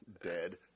dead